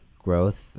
growth